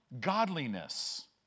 Godliness